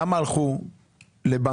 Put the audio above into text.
כמה הלכו לבנקים,